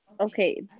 Okay